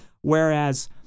Whereas